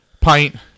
pint